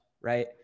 right